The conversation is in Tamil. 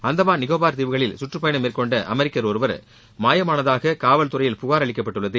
அந்தமான் நிக்கோபார் தீவுகளில் சுற்றப்பயணம் மேற்கொண்ட அமெரிக்கர் ஒருவர் மாயமானதாக காவல்துறையில் புகார் அளிக்கப்பட்டுள்ளது